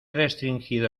restringido